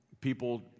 People